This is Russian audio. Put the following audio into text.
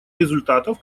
результатов